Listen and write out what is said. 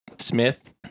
Smith